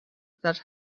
that